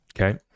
Okay